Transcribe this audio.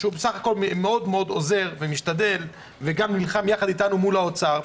הוא בסך הכול מאוד עוזר ומשתדל וגם נלחם אתנו יחד מול האוצר,